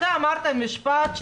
אתה אמרת משפט,